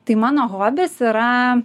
tai mano hobis yra